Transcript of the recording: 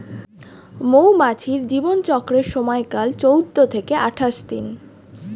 মৌমাছির জীবন চক্রের সময়কাল চৌদ্দ থেকে আঠাশ দিন